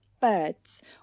birds